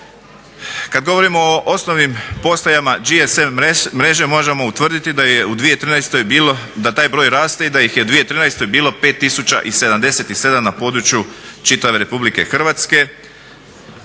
Kad govorimo o osnovnim postajama GSM mreže možemo utvrditi da je u 2013. bilo, da taj broj raste